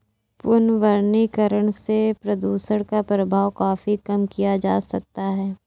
पुनर्वनीकरण से प्रदुषण का प्रभाव काफी कम किया जा सकता है